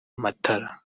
matara